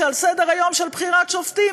שעל סדר-היום של בחירת שופטים,